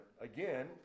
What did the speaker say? again